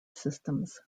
systems